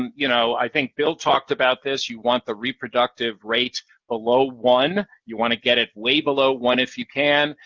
um you know i think bill talked about this. you want the reproductive rate below one. you want to get it way below one if you can,